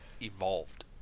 evolved